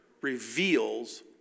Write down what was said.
reveals